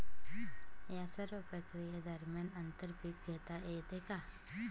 या सर्व प्रक्रिये दरम्यान आंतर पीक घेता येते का?